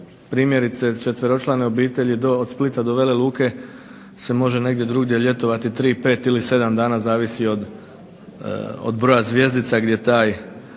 primjerice 4-člane obitelji od Splita do Vele Luke se može negdje drugdje ljetovati 3, 5 ili 7 dana zavisi od broja zvjezdica gdje ta